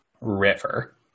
River